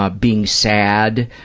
ah being sad,